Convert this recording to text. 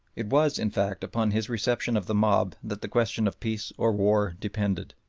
it was, in fact, upon his reception of the mob that the question of peace or war depended.